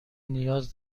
نیاز